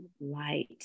light